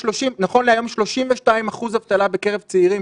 נכון להיום יש 32% אבטלה בקרב צעירים